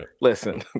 listen